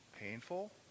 painful